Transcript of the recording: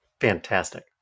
Fantastic